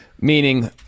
Meaning